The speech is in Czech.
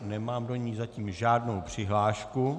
Nemám do ní zatím žádnou přihlášku.